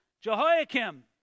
Jehoiakim